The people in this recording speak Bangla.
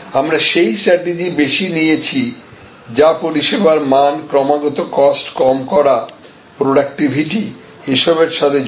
আমরা সেই স্ট্যাটিজি বেশি নিয়েছি যা পরিষেবার মান ক্রমাগত কস্ট কম করা প্রডাক্টিভিটি এসবের সঙ্গে যুক্ত